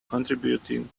contributing